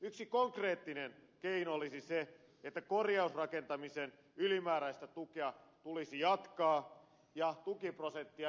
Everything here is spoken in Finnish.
yksi konkreettinen keino olisi se että korjausrakentamisen ylimääräistä tukea tulisi jatkaa ja tukiprosenttia nostaa